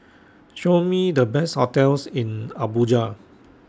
Show Me The Best hotels in Abuja